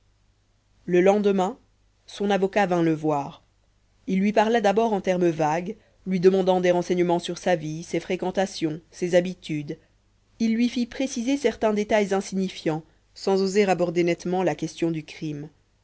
le lendemain son avocat vint le voir il lui parla d'abord en termes vagues lui demandant des renseignements sur sa vie ses fréquentations ses habitudes il lui fit préciser certains détails insignifiants sans oser aborder nettement la question du crime